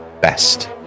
best